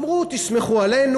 אמרו: תסמכו עלינו,